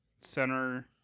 center